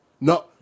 No